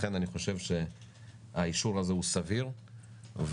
לכן אני חושב שהאישור הזה הוא סביר ואנחנו,